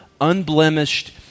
unblemished